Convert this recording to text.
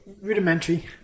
rudimentary